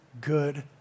good